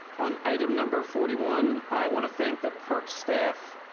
on item number forty one, i wanna thank the parks staff,